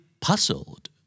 puzzled